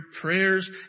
prayers